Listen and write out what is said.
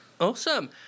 Awesome